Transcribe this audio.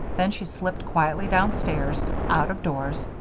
then she slipped quietly downstairs, out of doors,